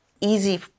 easy